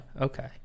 okay